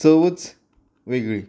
चवूच वेगळी